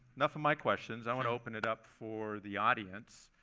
enough of my questions. i want to open it up for the audience.